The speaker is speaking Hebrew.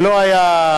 ולא היה,